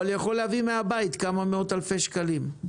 אבל יכול להביא מהבית כמה מאות אלפי שקלים.